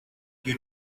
you